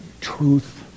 Truth